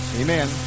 Amen